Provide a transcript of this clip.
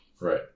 Right